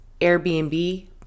Airbnb